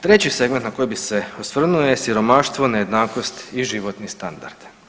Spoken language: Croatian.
Treći segment na koji bi se svrnuo je siromaštvo, nejednakost i životni standard.